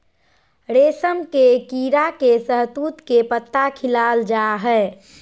रेशम के कीड़ा के शहतूत के पत्ता खिलाल जा हइ